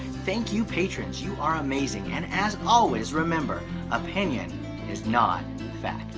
thank you patrons! you are amazing. and as always remember opinion is not fact!